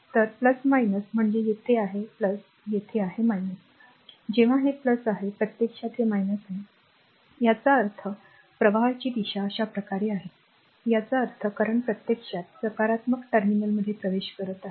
तर म्हणजे येथे आहे येथे आहे जेव्हा हे आहे प्रत्यक्षात हे आहे याचा अर्थ प्रवाहाची दिशा अशा प्रकारे आहे याचा अर्थ current प्रत्यक्षात सकारात्मक टर्मिनलमध्ये प्रवेश करत आहे